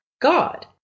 God